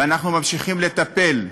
ואנחנו ממשיכים לטפל בנכים.